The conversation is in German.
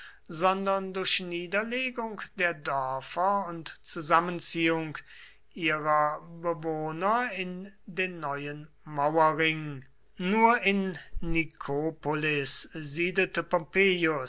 sondern durch niederlegung der dörfer und zusammenziehung ihrer bewohnerin den neuen mauerring nur in nikopolis siedelte